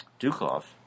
Dukov